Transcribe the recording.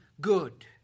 good